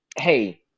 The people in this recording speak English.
Hey